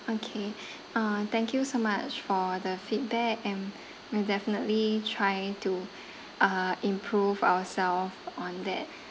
okay uh thank you so much for the feedback and we'll definitely try to uh improve ourself on that